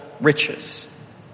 riches